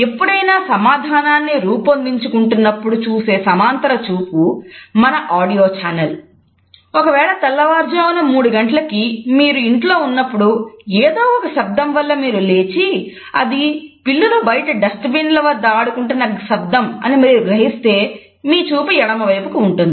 ఎప్పుడైనా సమాధానాన్ని రూపొందించుకుంటున్నప్పుడు చూసే సమాంతరచూపు మన ఆడియో ఛానల్ ల వద్ద ఆడుకుంటున్న శబ్దం అని మీరు గ్రహిస్తే మీ చూపు ఎడమవైపుకు ఉంటుంది